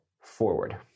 forward